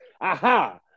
Aha